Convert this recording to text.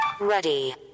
Ready